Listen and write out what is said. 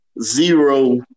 zero